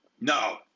no